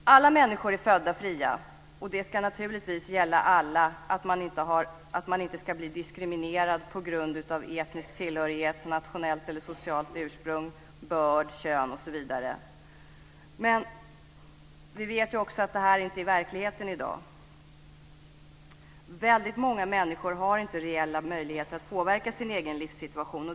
Alla människor är födda fria. Det ska naturligtvis gälla alla att de inte ska bli diskriminerade på grund av etnisk tillhörighet, nationellt eller socialt ursprung, börd, kön osv. Men vi vet också att det inte är verklighet i dag. Väldigt många människor har inte reella möjligheter att påverka sin egen livssituation.